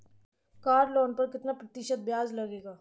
Car loan पर कितना प्रतिशत ब्याज लगेगा?